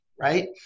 right